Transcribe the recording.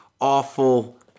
awful